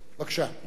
כבוד השר,